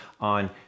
on